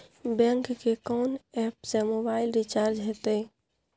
Bank के कोन app से मोबाइल रिचार्ज हेते?